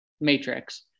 Matrix